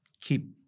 keep